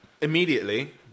immediately